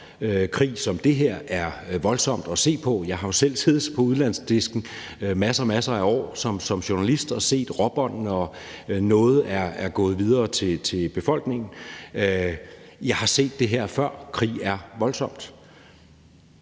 Krig, som det er her, er voldsomt at se på. Jeg har jo selv siddet på udlandsdisken masser og masser af år som journalist og set råbåndene, og noget er gået videre til befolkningen. Jeg har set det her før. Krig er voldsomt.